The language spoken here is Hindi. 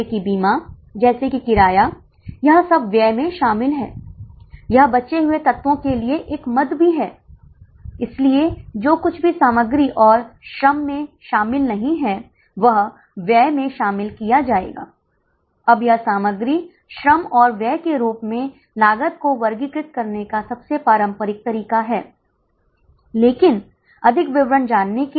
इसलिए 80 छात्रों के लिए निश्चित लागत 23512 है परंतु जब छात्रों की संख्या छूती है वास्तव में जब छात्रों की संख्या 50 को पार कर जाती है तो आप दुख महसूस करते हैं जब छात्रों की संख्या 100 को पार कर जाती है तो आपको 3 बसों के लिए जाना होगा